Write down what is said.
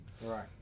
Right